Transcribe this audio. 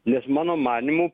nes mano manymu